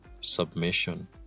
submission